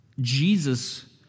Jesus